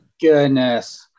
goodness